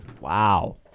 Wow